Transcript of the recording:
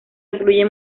incluye